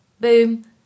boom